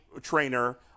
trainer